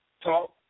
talk